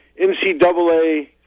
NCAA